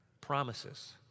promises